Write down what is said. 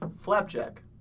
Flapjack